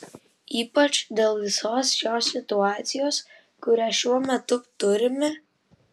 ypač dėl visos šios situacijos kurią šiuo metu turime